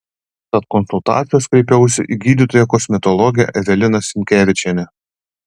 tad konsultacijos kreipiausi į gydytoją kosmetologę eveliną sinkevičienę